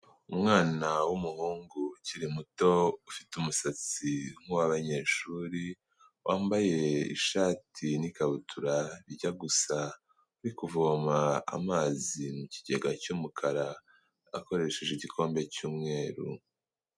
Umwana w'umuhungu ukiri muto, ufite umusatsi nk'uw'abanyeshuri, wambaye ishati n'ikabutura bijya gusa, uri kuvoma amazi mu kigega cy'umukara akoresheje igikombe cy'umweru.